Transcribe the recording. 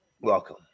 Welcome